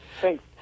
Thanks